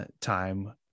time